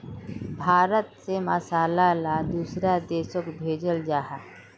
भारत से मसाला ला दुसरा देशोक भेजल जहा